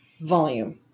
volume